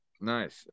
Nice